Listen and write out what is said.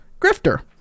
Grifter